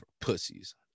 pussies